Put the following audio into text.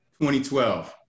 2012